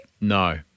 No